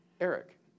Eric